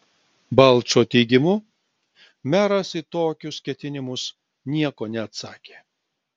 balčo teigimu meras į tokius ketinimus nieko neatsakė